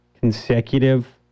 consecutive